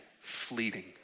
fleeting